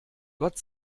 gott